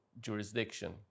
jurisdiction